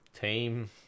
team